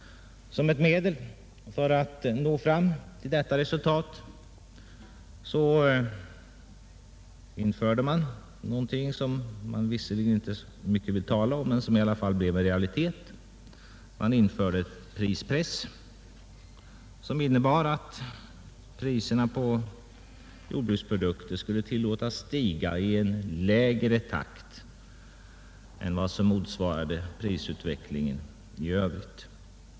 Som ett medel för att uppnå detta resultat införde man någonting som man visserligen inte så mycket vill tala om men som i alla fall blev en realitet, nämligen prispress. Priserna på jordbruksprodukterna skulle tillåtas stiga i en lägre takt än vad som motsvarade prisutvecklingen i övrigt.